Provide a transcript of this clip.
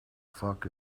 fuck